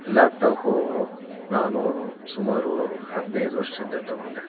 ಲ್ಯಾಪ್ top ನಾನು ಸುಮಾರು ಹದ್ನೈದು ವರ್ಷದ ಹಿಂದೆ ತಗೊಂಡೆ